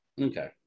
okay